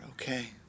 okay